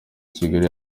kigali